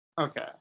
Okay